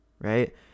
right